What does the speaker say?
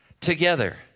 together